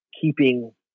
keeping